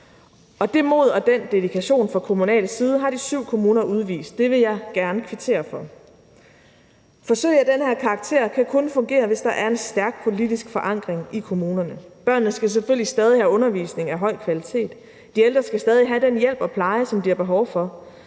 og det mod og den dedikation fra kommunal side har de syv kommuner udvist. Det vil jeg gerne kvittere for. Forsøg af den her karakter kan kun fungere, hvis der er en stærk politisk forankring i kommunerne. Børnene skal selvfølgelig stadig have undervisning af høj kvalitet. De ældre skal stadig have den hjælp og pleje, som de har behov for.